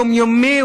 הוא יומיומי,